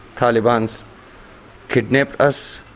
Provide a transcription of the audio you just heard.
talibans kidnap us,